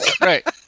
Right